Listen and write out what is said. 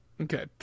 Okay